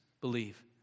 believe